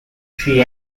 she